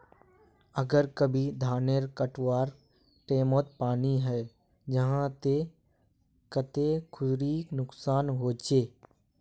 अगर कभी धानेर कटवार टैमोत पानी है जहा ते कते खुरी नुकसान होचए?